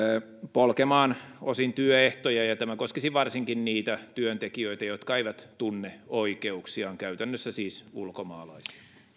polkemaan osin työehtoja ja tämä koskisi varsinkin niitä työntekijöitä jotka eivät tunne oikeuksiaan käytännössä siis ulkomaalaisia